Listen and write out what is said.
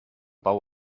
bau